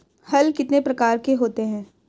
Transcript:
हल कितने प्रकार के होते हैं?